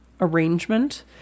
arrangement